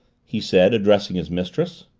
he said, addressing his mistress.